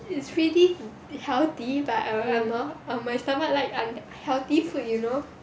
it's pretty healthy but I never err my stomach like um healthy food you know